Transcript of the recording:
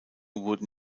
wurden